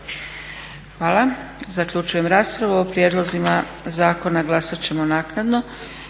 Hvala. Zaključujem raspravu. O prijedlozima zakona glasat ćemo naknadno.